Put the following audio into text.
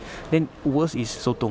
then worst is sotong